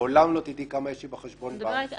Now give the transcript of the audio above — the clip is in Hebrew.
לעולם לא תדעי כמה יש לי בחשבון בנק.